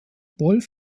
wolff